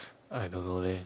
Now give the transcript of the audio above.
I don't know leh